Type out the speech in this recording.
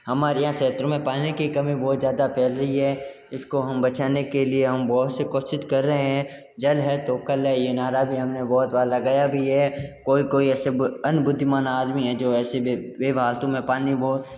हमारे यहाँ क्षेत्र में पानी की कमी बहुत ज़्यादा फैल रही है इसको हम बचाने के लिए हम बहुत से कोशिश कर रहे हैं जल है तो कल है ये नारा भी हमने बहुत बार लगाया भी है कोई कोई ऐसे अनबुद्धिमान आदमी है जो ऐसे वे फालतू में पानी बहुत